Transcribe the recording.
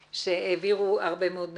שהעבירו הרבה מאוד נתונים.